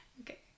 Okay